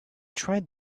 tried